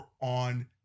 on